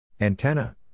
Antenna